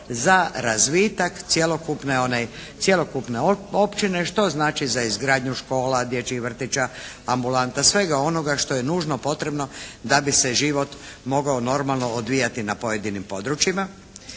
za razvitak cjelokupne općine što znači za izgradnju škola, dječjih vrtića, ambulanta, svega onoga što je nužno potrebno da bi se život mogao normalno odvijati na pojedinim područjima.